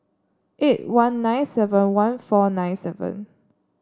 eight one nine seven one four nine seven